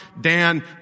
Dan